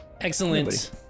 excellent